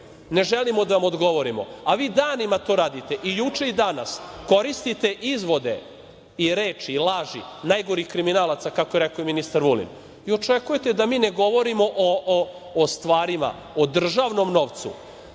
ne želimo da vam odgovorimo, a vi danima to radite i juče i danas koristite izvode i reči i laži najgorih kriminalaca, kako je rekao i ministar Vulin, i očekujete da mi ne govorimo o stvarima, o državnom novcu.